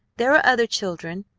there are other children,